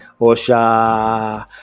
Osha